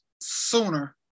sooner